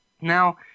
Now